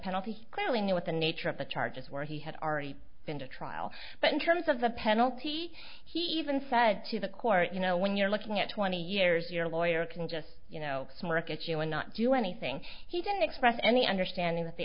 penalty he clearly knew what the nature of the charges were he had already been to trial but in terms of the penalty he even said to the court you know when you're looking at twenty years your lawyer can just you know some wreckage you will not do anything he didn't express any understanding that the